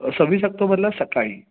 सव्वीस अक्तोबरला सकाळी